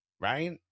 right